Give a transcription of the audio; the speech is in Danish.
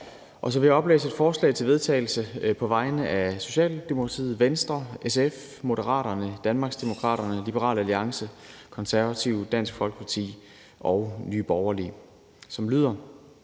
Så vil jeg oplæse et forslag til vedtagelse på vegne af Socialdemokratiet, Venstre, SF, Moderaterne, Danmarksdemokraterne, Liberal Alliance, Det Konservative Folkeparti, Dansk Folkeparti og Nye Borgerlige,